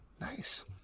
Nice